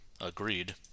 Agreed